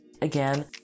Again